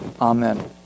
Amen